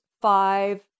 five